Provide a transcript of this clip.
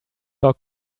doc